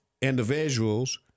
individuals